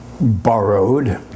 borrowed